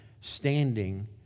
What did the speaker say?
standing